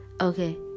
okay